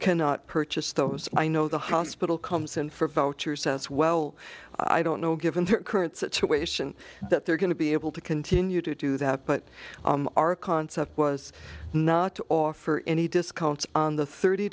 cannot purchase those i know the hospital comes in for vouchers as well i don't know given their current situation that they're going to be able to continue to do that but our concept was not to offer any discounts on the thirty